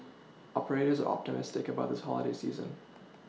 operators optimistic about this holiday season